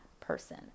person